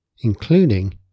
including